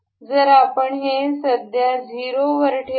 तर आपण ते सध्या 0 वर ठेवू